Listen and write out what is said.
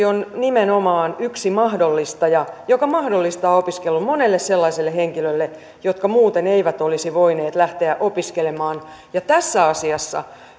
on nimenomaan yksi mahdollistaja joka mahdollistaa opiskelun monelle sellaiselle henkilölle jotka muuten eivät olisi voineet lähteä opiskelemaan tässä asiassa